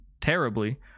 terribly